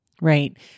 Right